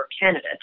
candidates